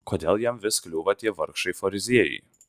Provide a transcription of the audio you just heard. kodėl jam vis kliūva tie vargšai fariziejai